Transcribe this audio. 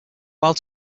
while